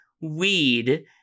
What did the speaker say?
Weed